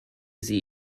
sie